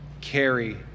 carry